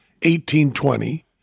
1820